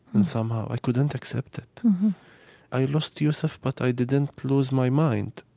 and somehow, i couldn't accept it i lost yusef, but i didn't lose my mind.